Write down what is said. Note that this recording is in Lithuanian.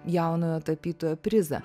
jaunojo tapytojo prizą